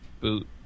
boot